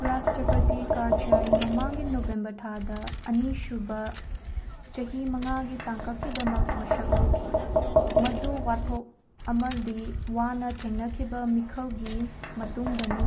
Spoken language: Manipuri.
ꯔꯥꯁꯇ꯭ꯔꯄꯇꯤ ꯀꯥꯔꯖꯥꯏ ꯃꯃꯥꯡꯒꯤ ꯅꯣꯕꯦꯝꯕꯔ ꯊꯥꯗ ꯑꯅꯤꯁꯨꯕ ꯆꯍꯤ ꯃꯉꯥꯒꯤ ꯇꯥꯡꯀꯛꯀꯤꯗꯃꯛ ꯋꯥꯁꯛ ꯂꯧꯈꯤ ꯃꯗꯨ ꯋꯥꯊꯣꯛ ꯑꯃꯗꯤ ꯋꯥꯅ ꯊꯦꯡꯅꯈꯤꯕ ꯃꯤꯈꯜꯒꯤ ꯃꯇꯨꯡꯗꯅꯤ